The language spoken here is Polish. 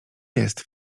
jest